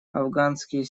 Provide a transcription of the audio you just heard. афганские